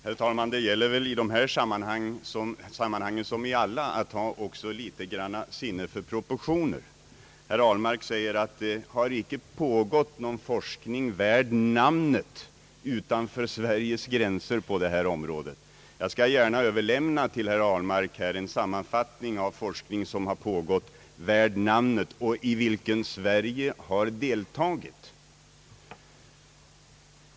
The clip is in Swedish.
Herr talman! Det gäller väl i dessa som i alla andra sammanhang att ha åtminstone litet grand sinne för proportioner. Herr Ahlmark säger att det inte har pågått någon forskning värd namnet utanför Sveriges gränser på detta område. Jag skall gärna överlämna till herr Ahlmark en sammanfattning av den forskning som har pågått värd namnet och i vilken Sverige har deltagit.